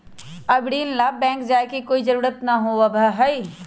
अब ऋण ला बैंक जाय के कोई जरुरत ना होबा हई